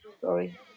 Sorry